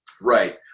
right